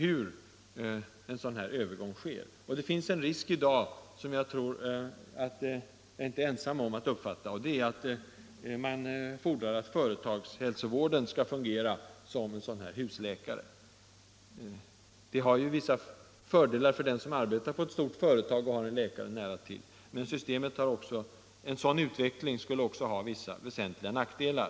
Det finns i dag en risk — jag tror inte jag är ensam om denna uppfattning —- att man fordrar att företagsläkaren skall fungera som husläkare. För den som arbetar på ett stort företag har det vissa fördelar att ha en läkare nära till hands, men en sådan utveckling skulle också medföra vissa väsentliga nackdelar.